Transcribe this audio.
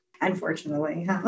Unfortunately